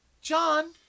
John